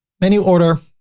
menu order,